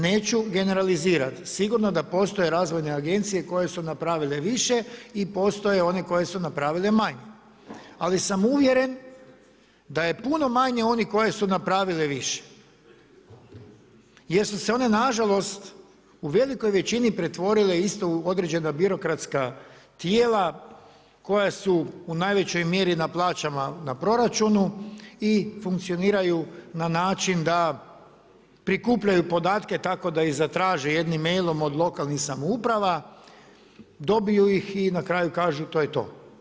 Neću generalizirati, sigurno da postoje razvojne agencije koje su napravile više i postoje koje su napravile manje, ali sam uvjeren da je puno manje onih koje su napravile više jer su se one nažalost u velikoj većini pretvorile isto u određena birokratska tijela koja su u najvećoj mjeri na plaćama na proračunu i funkcioniraju na način da prikupljaju podatke tako da ih zatraže jednim mailom od lokalnih samouprava, dobiju ih i na kraju kažu to je to.